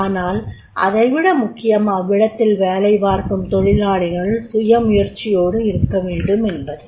ஆனால் அதைவிட முக்கியம் அவ்விடத்தில் வேலைபார்க்கும் தொழிலாளிகள் சுய முயற்சியோடு இருக்கவேண்டுமென்பது